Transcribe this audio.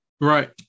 Right